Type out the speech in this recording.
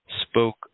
spoke